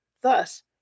Thus